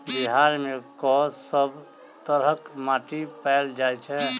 बिहार मे कऽ सब तरहक माटि पैल जाय छै?